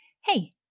hey